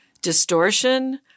distortion